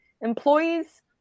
employees